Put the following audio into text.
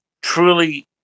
truly